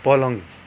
पलङ